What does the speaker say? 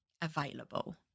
available